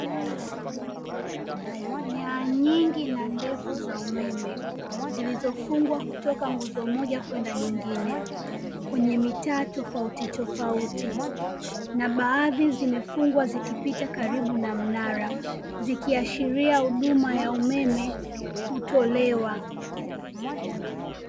Nyaya nyingi na ndefu za umeme zilizofungwa kutoka nguzo moja kwenda nyingine, kwenye mitaa tofauti tofauti na baadhi zimefungwa zikipita karibu na mnara, zikiashiria huduma ya umeme hutolewa.